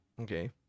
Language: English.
Okay